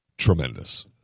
Tremendous